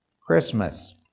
Christmas